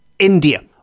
India